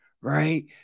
Right